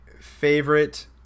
favorite